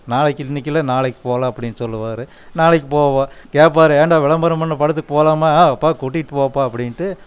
நாளைக்கு இன்னிக்கு இல்லை நாளைக் போகலாம் அப்படின் சொல்லுவார் நாளைக்கு போவோம் கேட்பாரு ஏன்டா விளம்பரம் பண்ண படத்துக் போகலாம்மா ஆ அப்பா கூட்டிட்டு போப்பா அப்படின்ட்டு